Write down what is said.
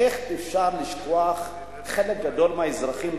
איך אפשר לשכוח חלק גדול מהאזרחים?